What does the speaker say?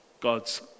God's